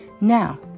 Now